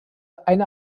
eine